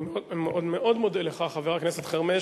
אני מאוד מודה לך, חבר הכנסת חרמש.